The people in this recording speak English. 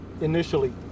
initially